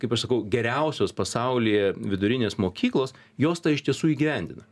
kaip aš sakau geriausios pasaulyje vidurinės mokyklos jos tą iš tiesų įgyvendina